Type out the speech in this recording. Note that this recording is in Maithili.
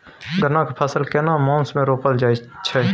गन्ना के फसल केना मास मे रोपल जायत छै?